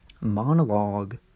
Monologue